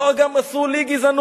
לא: גם עשו לי גזענות,